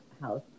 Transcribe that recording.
house